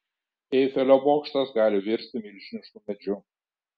eifelio bokštas gali virsti milžinišku medžiu